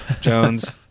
jones